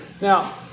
Now